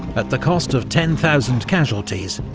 at the cost of ten thousand casualties,